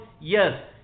yes